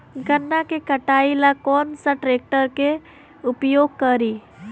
गन्ना के कटाई ला कौन सा ट्रैकटर के उपयोग करी?